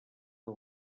del